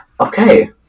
Okay